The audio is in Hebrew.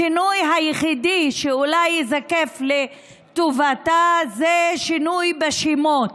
השינוי היחידי שאולי ייזקף לטובתה זה שינוי בשמות,